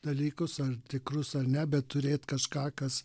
dalykus ar tikrus ar ne bet turėt kažką kas